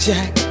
Jack